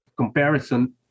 comparison